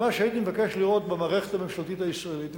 מה שהייתי מבקש לראות במערכת הממשלתית הישראלית,